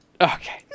okay